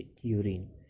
urine